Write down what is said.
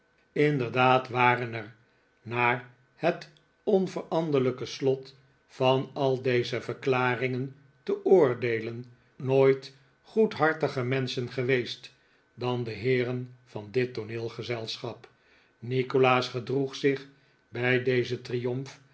inderdaad waren er naar het onveranderlijke slot van al deze verklaringen te oordeelen nooit goedhartiger menschen geweest dan de heeren van dit tooneelgezelschap nikolaas gedroeg zich bij dezen triomf